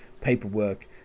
paperwork